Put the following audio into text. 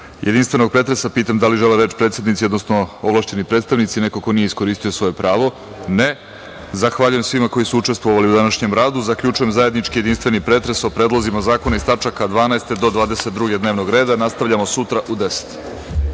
načelnog pretresa pitam – da li žele reč predsednici, odnosno ovlašćeni predstavnici ili neko ko nije iskoristio svoje pravo? (Ne)Zahvaljujem svima koji su učestvovali u današnjem radu. Zaključujem zajednički jedinstveni pretres o predlozima zakona iz tačaka od 12. do 22. dnevnog reda. Nastavljamo sutra u 10.00